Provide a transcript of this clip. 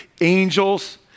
angels